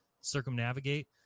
circumnavigate